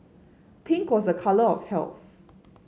pink was a colour of health